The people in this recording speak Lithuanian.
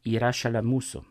yra šalia mūsų